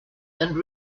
and